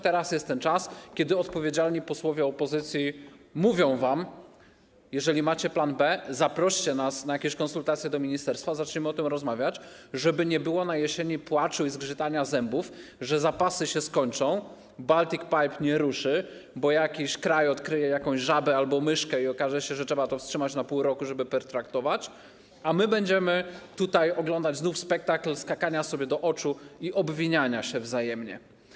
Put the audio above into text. Teraz jest ten czas, kiedy odpowiedzialni posłowie opozycji mówią wam: jeżeli macie plan B, zaproście nas na jakieś konsultacje do ministerstwa, zaczniemy o tym rozmawiać, żeby nie było na jesieni płaczu i zgrzytania zębami, że zapasy się skończą, Baltic Pipe nie ruszy, bo jakiś kraj odkryje jakąś żabę albo myszkę i okaże się, że trzeba to wstrzymać na pół roku, żeby pertraktować, a my będziemy oglądać znów spektakl skakania sobie do oczu i obwiniania się wzajemnie.